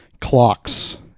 clocks